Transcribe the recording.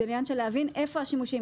זה עניין של להבין איפה השימושים.